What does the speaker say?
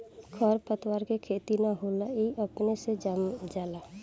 खर पतवार के खेती ना होला ई अपने से जाम जाला